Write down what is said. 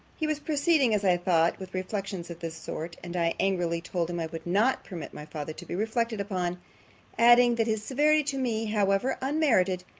he was proceeding, as i thought, with reflections of this sort and i angrily told him, i would not permit my father to be reflected upon adding, that his severity to me, however unmerited,